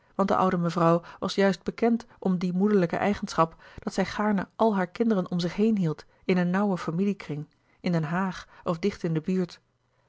de oude mevrouw was juist bekend om die moederlijke eigenschap dat zij gaarne alle hare kinderen om zich heen hield in een nauwen familie kring in den haag of louis couperus de boeken der kleine zielen dicht in de buurt